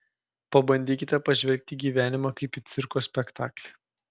pabandykite pažvelgti į gyvenimą kaip į cirko spektaklį